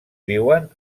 viuen